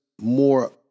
more